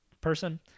person